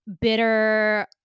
bitter